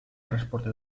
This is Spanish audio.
transporte